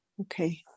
Okay